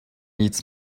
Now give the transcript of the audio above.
needs